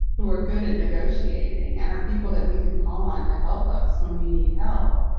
who are good at negotiating and are people that we can call on to help us when we need help.